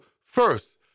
first